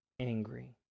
angry